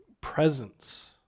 presence